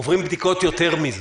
עוברים בדיקות יותר מזה?